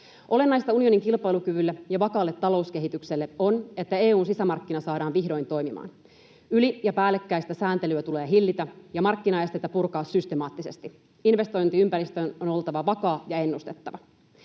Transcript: Olennaista unionin kilpailukyvylle ja vakaalle talouskehitykselle on, että EU:n sisämarkkina saadaan vihdoin toimimaan. Yli- ja päällekkäistä sääntelyä tulee hillitä ja markkinaesteitä purkaa systemaattisesti. Investointiympäristön on oltava vakaa ja ennustettava.